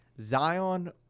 Zion